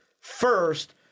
First